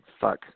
fuck